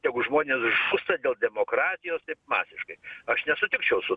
tegu žmonės žūsta dėl demokratijos taip masiškai aš nesutikčiau su